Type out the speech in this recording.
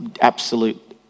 absolute